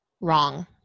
wrong